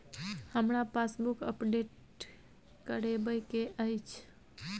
हमरा passbook update करैबे के अएछ?